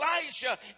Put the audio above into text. Elijah